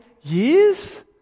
years